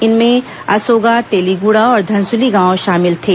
इनमें असोगा तेलीगुड़ा और धनसुली गांव शामिल थे